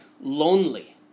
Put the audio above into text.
lonely